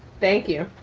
thank you.